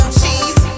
cheese